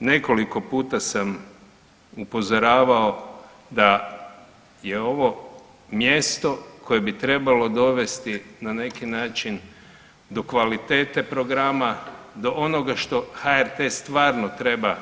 Nekoliko puta sam upozoravao da je ovo mjesto koje bi trebalo dovesti na neki način do kvalitete programa, do onoga što HRT stvarno treba